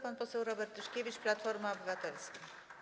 Pan poseł Robert Tyszkiewicz, Platforma Obywatelska.